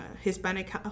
Hispanic